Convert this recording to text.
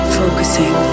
focusing